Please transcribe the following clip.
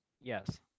Yes